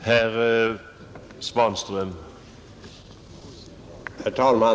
Herr talman!